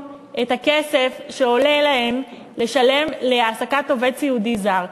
הכסף שעולה להם לשלם על העסקת עובד סיעודי זר?